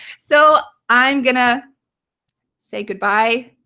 so i'm going to say goodbye.